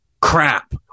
crap